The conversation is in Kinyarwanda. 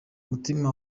mutima